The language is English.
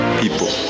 people